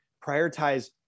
prioritize